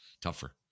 tougher